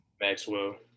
Maxwell